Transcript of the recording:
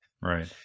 right